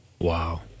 Wow